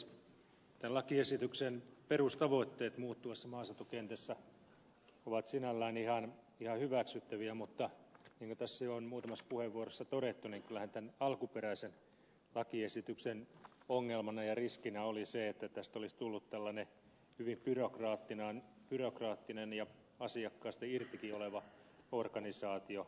tämän lakiesityksen perustavoitteet muuttuvassa maaseutukentässä ovat sinällään ihan hyväksyttäviä mutta niin kuin tässä jo on muutamassa puheenvuorossa todettu kyllähän tämän alkuperäisen lakiesityksen ongelmana ja riskinä oli se että tästä olisi tullut tällainen hyvin byrokraattinen ja asiakkaasta irtikin oleva organisaatio